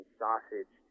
sausage